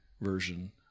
version